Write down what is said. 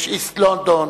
יש London east,